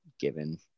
given